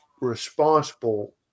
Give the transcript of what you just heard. responsible